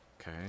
okay